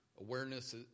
Awareness